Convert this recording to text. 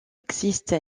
existe